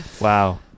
Wow